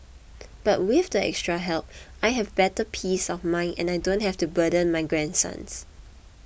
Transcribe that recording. but with the extra help I have better peace of mind and I don't have to burden my grandsons